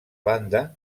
banda